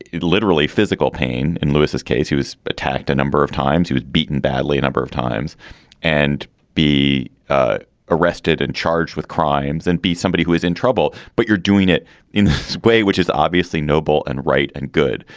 literally physical pain. in lewis's case, he was attacked a number of times. he was beaten badly a number of times and be ah arrested and charged with crimes and be somebody who is in trouble. but you're doing it in a so way which is obviously noble and right and good.